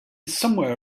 somewhere